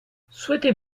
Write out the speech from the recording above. souhaitez